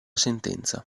sentenza